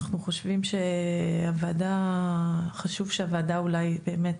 אנחנו חושבים שחשוב שהוועדה אולי באמת